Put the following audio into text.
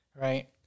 right